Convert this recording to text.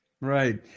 Right